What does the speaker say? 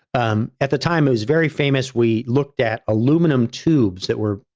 um at the time, it was very famous, we looked at aluminum tubes that were,